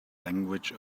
language